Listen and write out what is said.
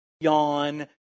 yawn